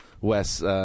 Wes